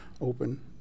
open